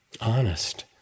honest